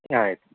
ಆಯ್ತು